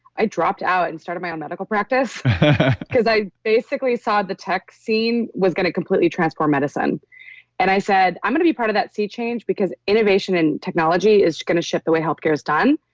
i dropped out and started my own medical practice because i basically saw the tech scene was going to completely transform medicine and i said, i'm going to be part of that sea change because innovation in technology is going to shift the way healthcare has done.